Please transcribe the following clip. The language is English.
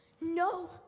No